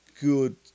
good